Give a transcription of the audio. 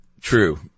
True